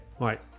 right